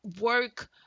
work